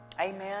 Amen